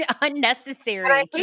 unnecessary